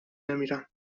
نمیرم